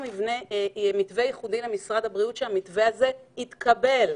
למשרד הבריאות, והוא התקבל.